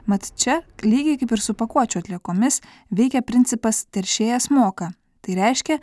mat čia lygiai kaip ir su pakuočių atliekomis veikia principas teršėjas moka tai reiškia